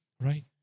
right